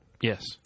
Yes